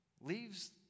leaves